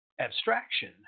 abstraction